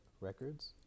Records